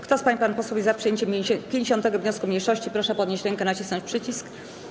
Kto z pań i panów posłów jest za przyjęciem 50. wniosku mniejszości, proszę podnieść rękę i nacisnąć przycisk.